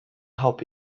help